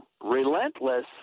relentless